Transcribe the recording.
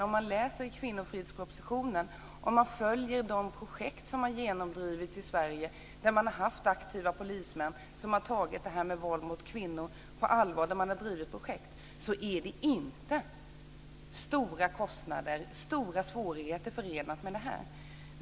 Om man läser kvinnofridspropositionen och följer de projekt som har genomdrivits i Sverige - aktiva polismän har tagit våld mot kvinnor på allvar och drivit projekt - finner man att det inte är stora kostnader och svårigheter förenade med det här.